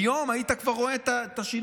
והיום כבר היית רואה את השינוי.